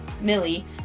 Millie